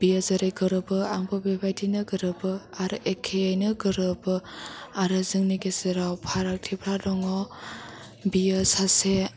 बे जेरै गोरोबो आंबो बेबायदिनो गोरोबो आरो एखेयैनो गोरोबो आरो जोंनि गेजेराव फारागथिफ्रा दङ बेयो सासे